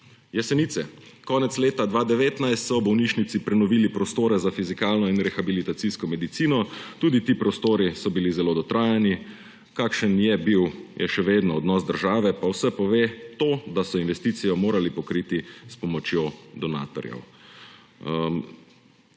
Jesenice – konec leta 2019 so v bolnišnici prenovili prostore za fizikalno in rehabilitacijsko medicino, tudi ti prostori so bili zelo dotrajani, kakšen je bil in je še vedno odnos države, pa vse pove to, da so investicijo morali pokriti s pomočjo donatorjev.